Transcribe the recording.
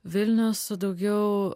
vilnių su daugiau